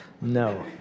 No